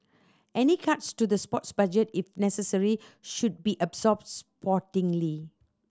any cuts to the sports budget if necessary should be absorbed sportingly